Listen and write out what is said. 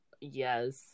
yes